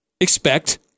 expect